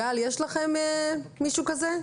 גל יש לכם מישהו כזה?